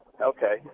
Okay